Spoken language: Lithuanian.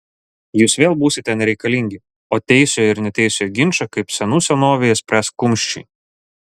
jūs vėl būsite nereikalingi o teisiojo ir neteisiojo ginčą kaip senų senovėje spręs kumščiai